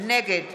נגד